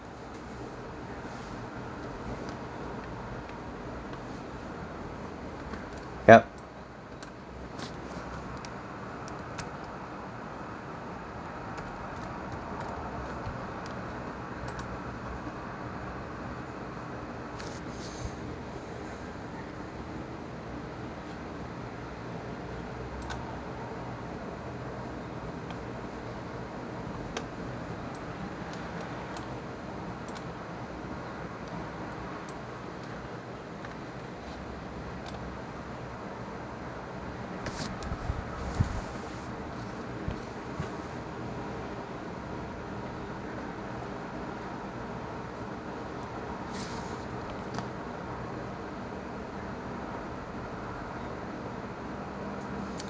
yup